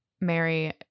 Mary